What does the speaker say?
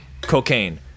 cocaine